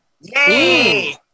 Yay